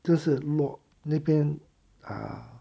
就是 mou 那边啊